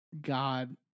God